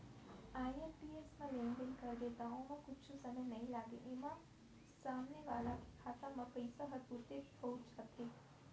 IMPS म लेनदेन करबे त ओमा कुछु समय नइ लागय, एमा सामने वाला के खाता म पइसा ह तुरते पहुंच जाथे